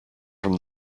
from